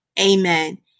Amen